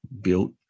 built